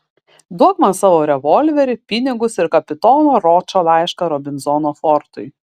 duok man savo revolverį pinigus ir kapitono ročo laišką robinzono fortui